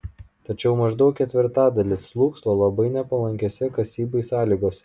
tačiau maždaug ketvirtadalis slūgso labai nepalankiose kasybai sąlygose